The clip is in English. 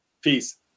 Peace